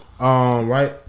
Right